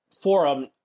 Forum